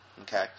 Okay